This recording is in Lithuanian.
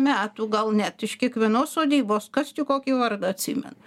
metų gal net iš kiekvienos sodybos kas čia kokį vardą atsimena